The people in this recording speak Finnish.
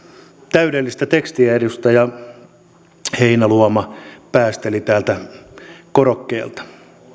täydellistä tekstiä edustaja heinäluoma päästeli täältä korokkeelta